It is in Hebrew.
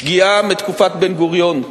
שגיאה מתקופת בן-גוריון.